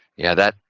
yeah. that,